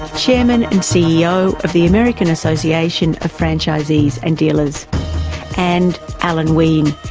chairman and ceo of the american association of franchisees and dealers and alan wein,